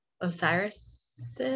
Osiris